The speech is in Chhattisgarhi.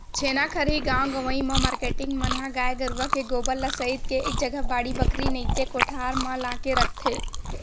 छेना खरही गाँव गंवई म मारकेटिंग मन ह गाय गरुवा के गोबर ल सइत के एक जगा बाड़ी बखरी नइते कोठार म लाके रखथे